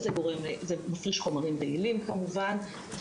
זה מפריש חומרים רעילים כמובן.